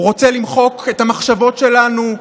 הוא רוצה למחוק את המחשבות שלנו,